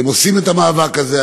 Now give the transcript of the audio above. הם עושים את המאבק הזה.